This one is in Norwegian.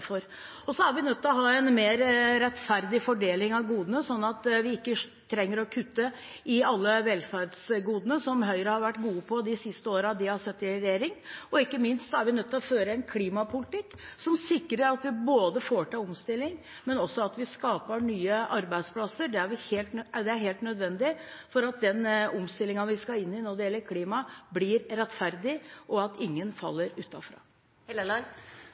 Så er vi nødt til å ha en mer rettferdig fordeling av godene, sånn at vi ikke trenger å kutte i alle velferdsgodene, som Høyre har vært gode til de siste årene de har sittet i regjering. Ikke minst er vi nødt til å føre en klimapolitikk som sikrer at vi både får til omstilling og skaper nye arbeidsplasser. Det er helt nødvendig for at den omstillingen vi skal inn i når det gjelder klima, blir rettferdig, og at ingen faller